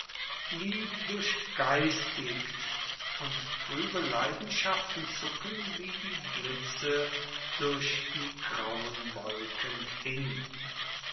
wie durchgeistigt und truebe leidenschaften zucken wie die blitze durch die grauen wolken hin